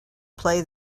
play